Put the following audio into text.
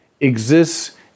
exists